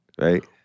right